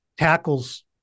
tackles